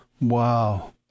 Wow